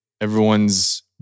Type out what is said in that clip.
Everyone's